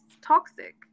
toxic